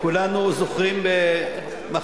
כולנו זוכרים את האוטובוס של "אגד",